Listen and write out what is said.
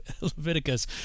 Leviticus